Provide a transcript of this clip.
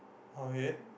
okay